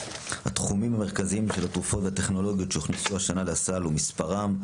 התחומים המרכזיים של התרופות והטכנולוגיות שהוכנסו השנה לסל ומספרם,